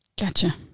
Gotcha